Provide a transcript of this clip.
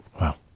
Wow